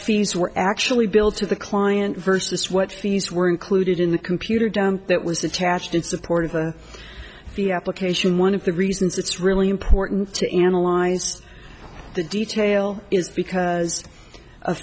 fees were actually billed to the client versus what fees were included in the computer dump that was detached in support of the application one of the reasons it's really important to analyze the detail is because a